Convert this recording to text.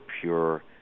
pure